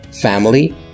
family